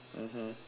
mmhmm